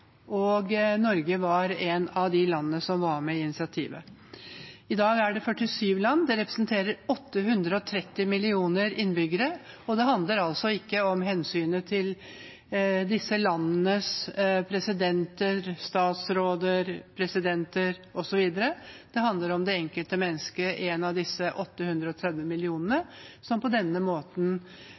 og Norge var et av landene som var med i initiativet. I dag er det 47 land, som representerer 830 millioner innbyggere. Det handler ikke om hensynet til disse landenes presidenter, statsråder, osv., det handler om det enkelte mennesket, en av disse 830 millionene, som på denne måten